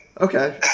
okay